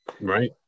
Right